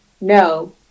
No